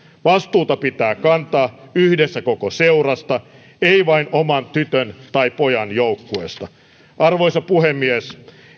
vastuuta pitää kantaa yhdessä koko seurasta ei vain oman tytön tai pojan joukkueesta arvoisa puhemies